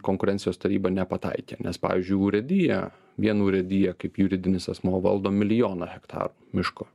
konkurencijos taryba nepataikė nes pavyzdžiui urėdija vien urėdija kaip juridinis asmuo valdo milijoną hektarų miško